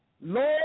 Lord